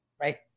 Right